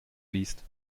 liest